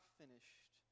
finished